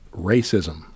racism